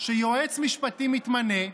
שיועץ משפטי מתמנה,